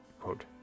Quote